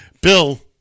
Bill